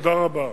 תודה רבה.